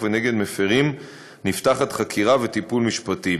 ונגד מפרים נפתחת חקירה ויש טיפול משפטי.